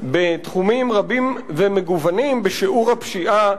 בתחומים רבים ומגוונים בשיעור הפשיעה